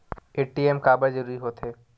ATM काबर जरूरी हो थे?